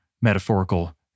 metaphorical